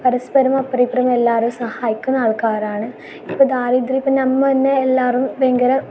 പരസ്പരം അപ്പുറം ഇപ്പുറവുമെല്ലാവരും സഹായിക്കുന്ന ആൾക്കാരാണ് ഇപ്പോൾ ദാരിദ്യ്രം ഇപ്പോൾ നമ്മൾ തന്നെ എല്ലാവരും ഭയങ്കര